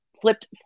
flipped